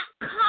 come